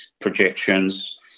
projections